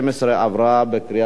עברה בקריאה ראשונה,